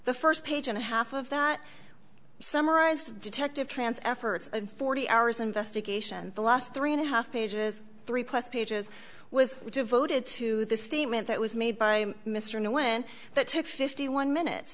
the first page and a half of that summarized detective trance efforts of forty hours investigation the last three and a half pages three plus pages was devoted to the statement that was made by mr know when that took fifty one minute